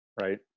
Right